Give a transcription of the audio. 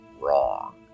wrong